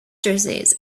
dresses